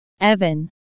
Evan